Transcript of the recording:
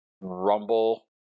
Rumble